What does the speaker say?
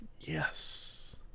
Yes